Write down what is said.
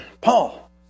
Paul